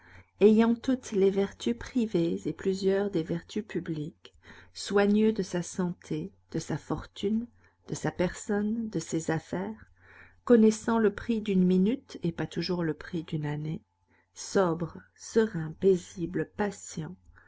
ayant toutes les vertus privées et plusieurs des vertus publiques soigneux de sa santé de sa fortune de sa personne de ses affaires connaissant le prix d'une minute et pas toujours le prix d'une année sobre serein paisible patient